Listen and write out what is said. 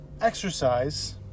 Exercise